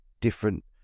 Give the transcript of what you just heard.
different